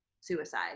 suicide